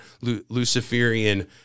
Luciferian